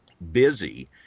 Busy